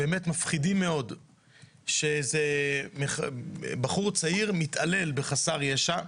באמת מפחידים מאוד של בחור צעיר שמתעלל בחסר ישע,